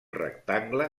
rectangle